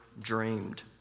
dreamed